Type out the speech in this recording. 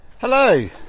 Hello